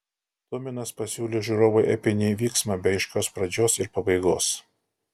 tuminas pasiūlė žiūrovui epinį vyksmą be aiškios pradžios ir pabaigos